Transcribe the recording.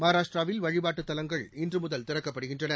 மகாராஷ்டிராவில் வழிப்பாட்டுதலங்கள் இன்றுமுதல் திறக்கப்படுகின்றன